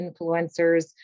influencers